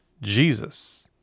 jesus